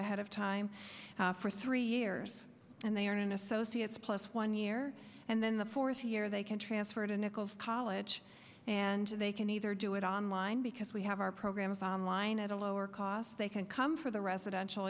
ahead of time for three years and they earn an associate's plus one year and then the fourth year they can transfer to nichols college and they can either do it online because we have our program of on line at a lower cost they can come for the residential